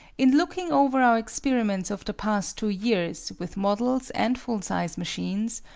in looking over our experiments of the past two years, with models and full-size machines,